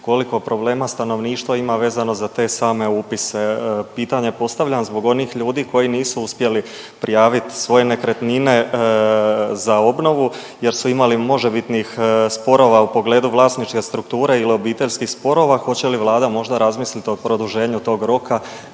koliko problema stanovništvo ima vezano za te same upise. Pitanja postavljam zbog onih ljudi koji nisu uspjeli prijavit svoje nekretnine za obnovu jer su imali možebitnih sporova u pogledu vlasničke strukture ili obiteljskih sporova. Hoće li Vlada možda razmislit o produženju tog roka